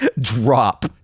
drop